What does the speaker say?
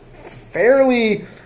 fairly